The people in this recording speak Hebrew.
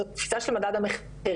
זו תפיסה של מדד המחירים.